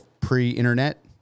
pre-internet